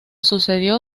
sucedió